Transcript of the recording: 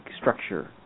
structure